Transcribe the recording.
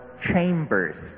chambers